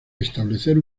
establecer